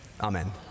Amen